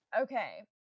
Okay